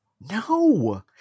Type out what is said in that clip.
No